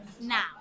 now